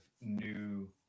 new